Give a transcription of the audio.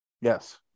Yes